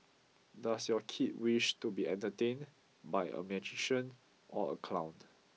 does your kid wish to be entertained by a magician or a clown